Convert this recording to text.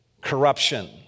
corruption